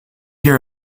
hear